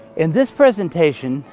in this presentation,